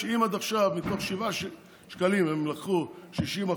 אם עד עכשיו מתוך שבעה שקלים הם לקחו 60%,